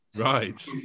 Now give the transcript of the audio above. Right